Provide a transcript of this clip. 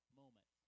moment